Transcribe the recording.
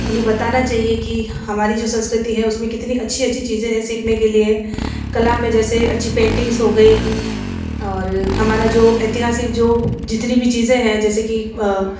उन्हें बताना चाहिए कि हमारी जो संस्कृति है उसमें कितनी अच्छी अच्छी चीज़ें हैं सीखने के लिए कला में जैसे अच्छी पेंटिंग्स हो गई और हमारा जो ऐतिहासिक जो जितनी भी चीज़ें हैं जैसे कि